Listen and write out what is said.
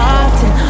often